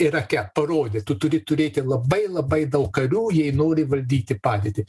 irake parodė tu turi turėti labai labai daug karių jei nori valdyti padėtį